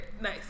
Nice